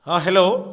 ହଁ ହ୍ୟାଲୋ